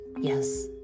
Yes